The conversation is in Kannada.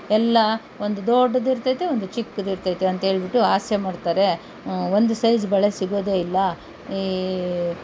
ಎಲ್ಲ ಒಂದು ದೊಡ್ಡದು ಇರ್ತೈತೆ ಒಂದು ಚಿಕ್ಕದು ಇರ್ತೈತೆ ಅಂತ ಹೇಳ್ಬಿಟ್ಟು ಹಾಸ್ಯ ಮಾಡ್ತಾರೆ ಒಂದು ಸೈಝ್ ಬಳೆ ಸಿಗೋದೆ ಇಲ್ಲ ಈ